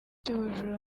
cy’ubujura